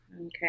Okay